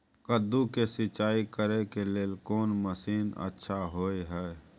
कद्दू के सिंचाई करे के लेल कोन मसीन अच्छा होय है?